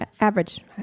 average